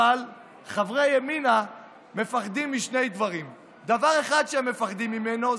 אבל חברי ימינה מפחדים משני דברים: דבר אחד שהם מפחדים ממנו הוא בחירות.